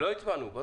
לא הצבענו.